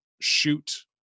shoot